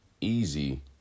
easy